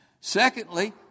Secondly